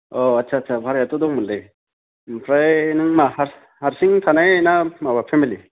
अ आथ्सा आथ्सा भारायाथ' दंमोनलै ओमफ्राय नों मा हारसिं थानाय ना माबा फेमिलि